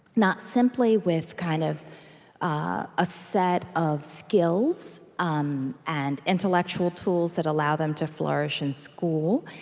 not simply with kind of ah a set of skills um and intellectual tools that allow them to flourish in school,